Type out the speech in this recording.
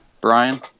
Brian